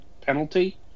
penalty